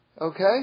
Okay